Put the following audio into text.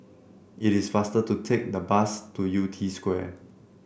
it is faster to take the bus to Yew Tee Square